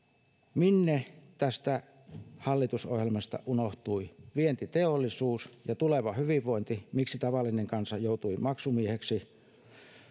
minne tästä hallitusohjelmasta unohtui vientiteollisuus ja tuleva hyvinvointi miksi tavallinen kansa joutui maksumieheksi